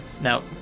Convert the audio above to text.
no